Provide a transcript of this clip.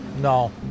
no